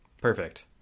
perfect